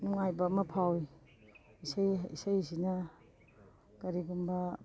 ꯅꯨꯡꯉꯥꯏꯕ ꯑꯃ ꯐꯥꯎꯏ ꯏꯁꯩꯁꯤꯅ ꯀꯔꯤꯒꯨꯝꯕ